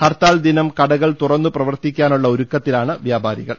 ഹർത്താൽ ദിനം കടകൾ തുറന്നു പ്രവർത്തി ക്കാനുള്ള ഒരുക്കത്തിലാണ് വ്യാപാരികൾ